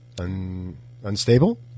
Unstable